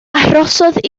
arhosodd